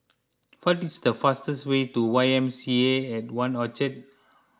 what is the fastest way to Y M C A at one Orchard